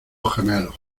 gemelos